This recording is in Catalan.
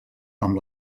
amb